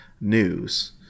news